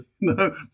No